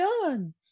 done